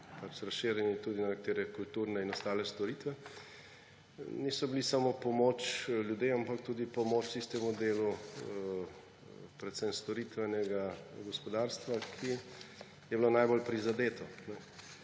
razširjeni tudi na nekatere kulturne in ostale storitve. Niso bili samo pomoč ljudem, ampak tudi pomoč predvsem tistemu delu storitvenega gospodarstva, ki je bilo najbolj prizadeto.